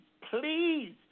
please